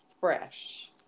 fresh